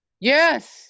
yes